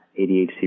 ADHD